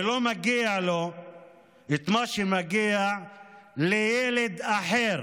ולא מגיע לו את מה שמגיע לילד אחר.